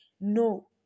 No